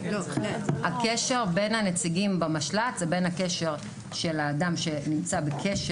הקשר בין הנציגים במשל"ט זה בין הקשר של האדם שנמצא בקשר